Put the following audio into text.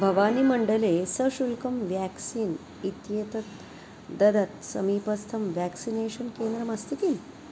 भवानीमण्डले सशुल्कं व्याक्सीन् इत्येतत् ददत् समीपस्थं व्याक्सिनेषन् केन्द्रम् अस्ति किम्